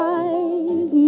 eyes